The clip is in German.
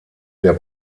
der